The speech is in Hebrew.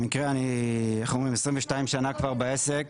אני 22 שנים כבר בעסק,